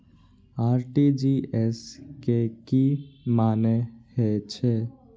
RTGS के की मानें हे छे?